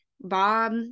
Bob